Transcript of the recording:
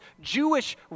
Jewish